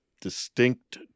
distinct